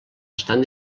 estan